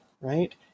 right